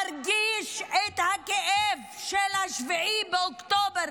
מרגיש את הכאב של 7 באוקטובר,